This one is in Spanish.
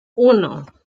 uno